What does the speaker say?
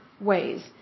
ways